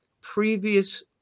previous